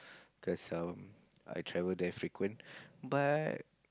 cause um I travel there frequent but